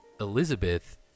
Elizabeth